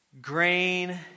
grain